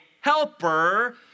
helper